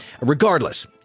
Regardless